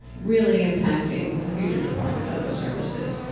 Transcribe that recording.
really impacting the future deployment of those services.